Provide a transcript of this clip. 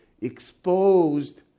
exposed